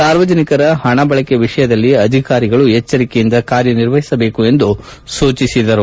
ಸಾರ್ವಜನಿಕರ ಹಣ ಬಳಕೆ ವಿಷಯದಲ್ಲಿ ಅಧಿಕಾರಿಗಳು ಎಚ್ಚರಿಕೆಯಿಂದ ಕಾರ್ಯನಿರ್ವಹಿಸಬೇಕೆಂದು ಸೂಚಿಸಿದರು